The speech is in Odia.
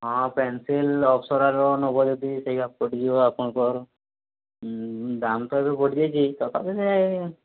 ହଁ ପେନ୍ସିଲ୍ ଅପସରାର ନେବ ଯଦି ସେୟା ପଡ଼ିଯିବ ଆପଣଙ୍କର ଦାମ୍ ତ ଏବେ ବଢ଼ିଯାଇଛି ତଥାପି ସେ